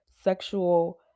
sexual